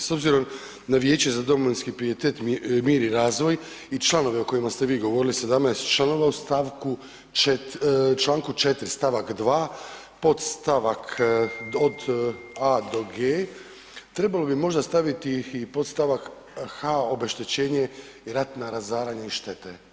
S obzirom na Vijeće za domovinski pijetet, mir i razvoj i članove o kojima ste vi govorili, 17 članova u st. 4., čl. 4. st. 2. podst. od a do g, trebalo bi možda staviti i podstavak h-obeštećenje i ratna razaranja i štete.